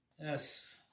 Yes